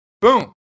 Boom